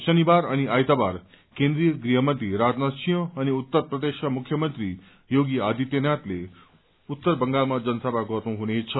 शनिबार अनि आइतबार केन्द्रीय गृहमन्त्री राजनाथ सिंह अनि उत्तर प्रदेशका मुख्यमन्त्री योगी आदित्यनाथले उत्तर बंगालमा जनसभा गर्नु हुनेछ